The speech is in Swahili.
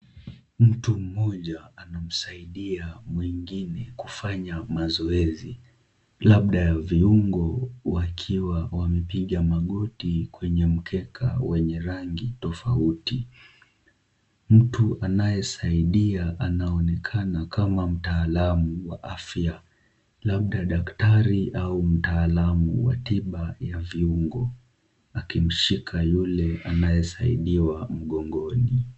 Mtu mmoja anamsaidia mwingine kufanya mazoezi labda ya viungo, wakiwa wamepiga magoti kwenye mkeka wenye rangi tofauti. Mtu anayesaidia anaonekana kama mtaalamu wa afya labda daktari au mtaalamu wa tiba ya viungo, akimshika yule anayesaidiwa mgongoni.